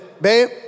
babe